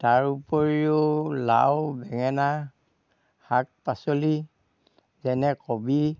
তাৰ উপৰিও লাও বেঙেনা শাক পাচলি যেনে কবি